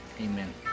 amen